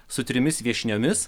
su trimis viešniomis